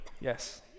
Yes